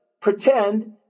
pretend